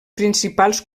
principals